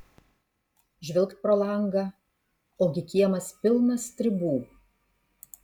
žvilgt pro langą ogi kiemas pilnas stribų